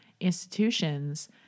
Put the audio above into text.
institutions